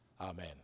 Amen